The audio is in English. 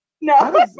No